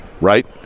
right